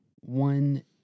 One